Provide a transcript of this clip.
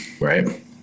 right